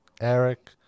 Eric